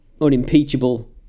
unimpeachable